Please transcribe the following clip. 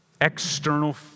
external